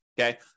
okay